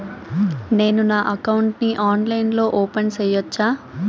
నేను నా అకౌంట్ ని ఆన్లైన్ లో ఓపెన్ సేయొచ్చా?